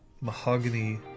mahogany